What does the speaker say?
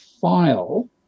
file